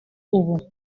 ubu